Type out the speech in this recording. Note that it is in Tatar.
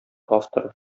авторы